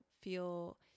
feel